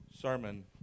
sermon